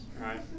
right